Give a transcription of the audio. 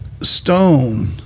stone